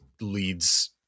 leads